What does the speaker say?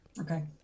Okay